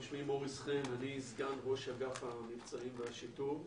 שמי מוריס חן, אני סגן ראש אגף המבצעים והשיטור.